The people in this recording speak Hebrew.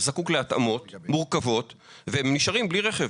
זקוק להתאמות מורכבות והם נשארים בלי רכב.